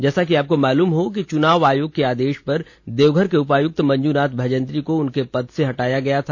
जैसा कि आपको मालूम हो कि चुनाव आयोग के आदेश पर देवघर के उपायुक्त मंजूनाथ भजंत्री को उनके पद से हटाया गया था